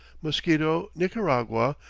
mosquito, nicaragua,